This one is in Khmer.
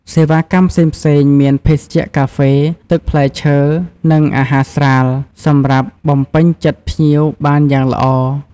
សេវាកម្មផ្សេងៗ មានភេសជ្ជៈកាហ្វេ ទឹកផ្លែឈើ និងអាហារស្រាល សម្រាប់បំពេញចិត្តភ្ញៀវបានយ៉ាងល្អ។